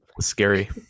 scary